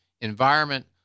environment